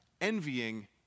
Envying